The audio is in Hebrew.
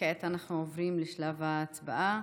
כעת אנחנו עוברים לשלב ההצבעה.